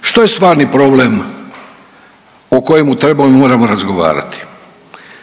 što je stvarni problem o kojemu trebamo i moramo razgovarati?